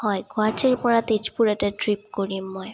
হয় গুৱাহাটীৰপৰা তেজপুৰ এটা ট্ৰিপ কৰিম মই